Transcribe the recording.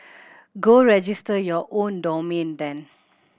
go register your own domain then